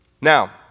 Now